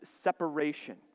separation